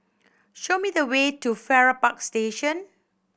show me the way to Farrer Park Station